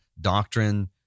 doctrine